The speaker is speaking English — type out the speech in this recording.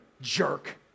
jerk